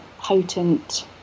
potent